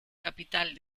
capital